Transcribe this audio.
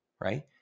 right